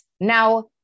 now